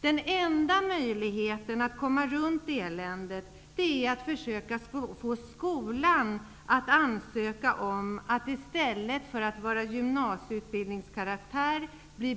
Den enda möjligheten att komma runt eländet är att försöka få skolan i fråga att ansöka om att bli betraktad som högskola i stället för att anses bedriva utbildning av gymnasieutbildningskaraktär. Det